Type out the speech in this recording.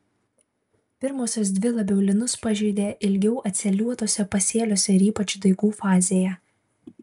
pirmosios dvi labiau linus pažeidė ilgiau atsėliuotuose pasėliuose ir ypač daigų fazėje